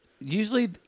usually